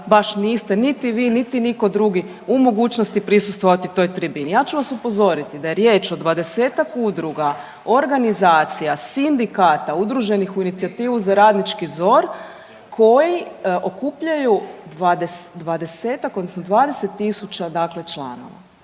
baš niste niti vi, niti nitko drugi u mogućnosti prisustvovati toj tribini. Ja ću vas upozoriti da je riječ o 20-tak udruga, organizacija, sindikata udruženih u inicijativu za radnički ZOR koji okupljaju 20-tak odnosno